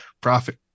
profit